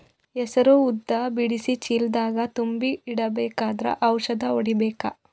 ಹೆಸರು ಉದ್ದ ಬಿಡಿಸಿ ಚೀಲ ದಾಗ್ ತುಂಬಿ ಇಡ್ಬೇಕಾದ್ರ ಔಷದ ಹೊಡಿಬೇಕ?